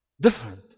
Different